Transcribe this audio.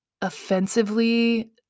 offensively